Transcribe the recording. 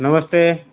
નમસ્તે